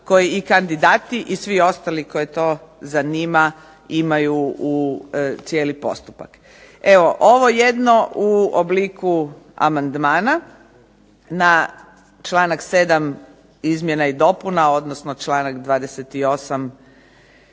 koji i kandidati i svi ostali koje to zanima imaju u cijeli postupak. Evo ovo jedno u obliku amandmana, na članak 7. izmjena i dopuna, odnosno članak 28. originalnog